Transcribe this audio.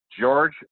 george